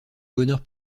bonheur